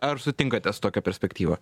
ar sutinkate su tokia perspektyva